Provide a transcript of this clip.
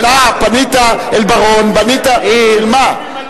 אתה פנית אל בר-און, פנית, בשביל מה?